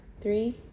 Three